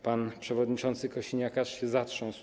Pan przewodniczący Kosiniak aż się zatrząsł.